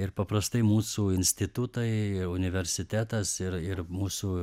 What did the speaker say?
ir paprastai mūsų institutai universitetas ir ir mūsų